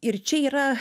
ir čia yra